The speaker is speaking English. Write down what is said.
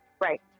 right